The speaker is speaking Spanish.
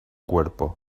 cuerpo